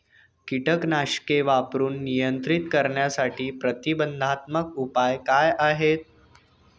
कीटकनाशके वापरून नियंत्रित करण्यासाठी प्रतिबंधात्मक उपाय काय आहेत?